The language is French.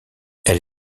elle